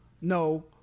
no